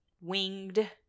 winged